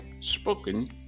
spoken